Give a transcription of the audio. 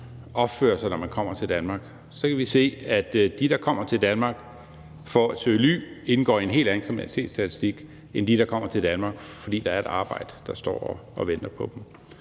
opfører sig, når man kommer til Danmark, kan vi se, at dem, der kommer til Danmark for at søge ly, indgår i en helt anden kriminalitetsstatistik end dem, der kommer til Danmark, fordi der er et arbejde, der står og venter på dem.